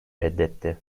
reddetti